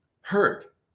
hurt